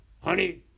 Honey